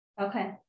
Okay